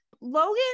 Logan